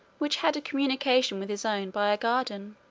which had a communication with his own by a garden.